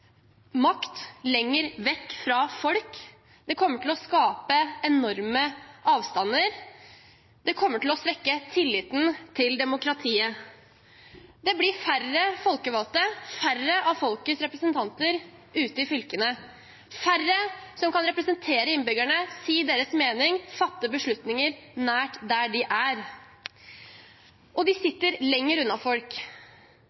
makt lenger vekk fra folk. Det kommer til å skape enorme avstander. Det kommer til å svekke tilliten til demokratiet. Det blir færre folkevalgte, færre av folkets representanter ute i fylkene, færre som kan representere innbyggerne, si deres mening, fatte beslutninger nær der de er. Og de